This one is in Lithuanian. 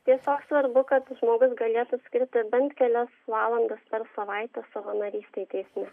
tiesiog svarbu kad žmogus galėtų skirti bent kelias valandas per savaitę savanorystei teismuose